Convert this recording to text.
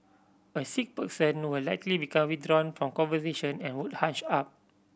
a sick person will likely become withdrawn from conversation and would hunch up